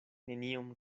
neniom